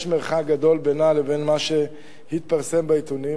יש מרחק גדול בינה לבין מה שהתפרסם בעיתונים.